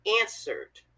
answered